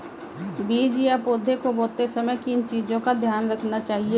बीज या पौधे को बोते समय किन चीज़ों का ध्यान रखना चाहिए?